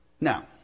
Now